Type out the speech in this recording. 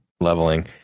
leveling